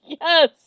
Yes